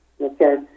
Okay